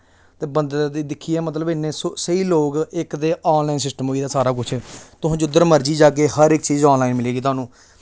ते बंदे दिक्खियै मतलब इ'न्ने स्हेई लोग इक ते ऑनलाइन सिस्टम होई जा सारा कुछ तुस जिद्धर मर्जी जाह्गे हर इक चीज ऑनलाइन मिलेगी थाह्नूं